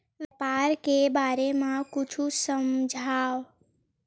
व्यापार के बारे म कुछु समझाव?